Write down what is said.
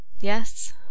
Yes